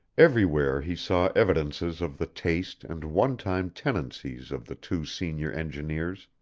everywhere he saw evidences of the taste and one-time tenancies of the two senior engineers.